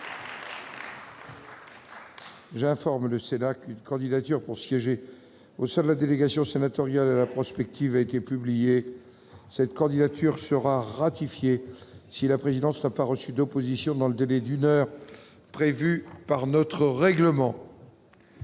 J'informe le Sénat qu'une candidature pour siéger au sein de la délégation sénatoriale à la prospective a été publiée. Cette candidature sera ratifiée si la présidence n'a pas reçu d'opposition dans le délai d'une heure prévu par notre règlement.